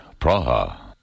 Praha